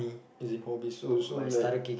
as in hobbies so so like